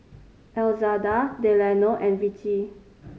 Elzada Delano and Vicie